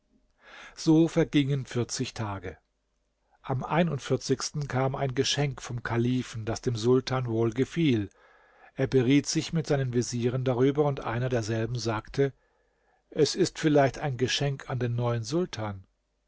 so vergingen vierzig tage am einundvierzigsten kam ein geschenk vom kalifen das dem sultan wohl gefiel er beriet sich mit seinen vezieren darüber und einer derselben sagte es ist vielleicht ein geschenk an den neuen sultan